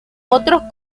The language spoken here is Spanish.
otros